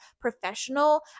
professional